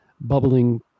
bubbling